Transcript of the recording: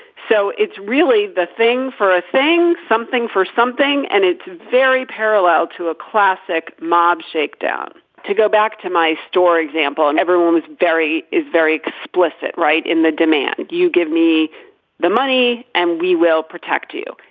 so it's really the thing for a thing something for something. and it's very parallel to a classic mob shakedown to go back to my store example and everyone was very is very explicit right in the demand you give me the money and we will protect you.